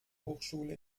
hochschule